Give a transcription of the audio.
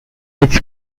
its